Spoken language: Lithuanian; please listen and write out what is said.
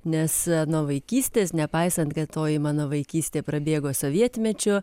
nes nuo vaikystės nepaisant kad toji mano vaikystė prabėgo sovietmečiu